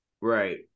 right